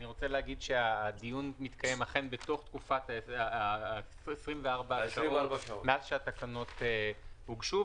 הדיון מתקיים אכן בתוך תקופת 24 השעות מאז שהתקנות הוגשו,